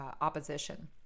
opposition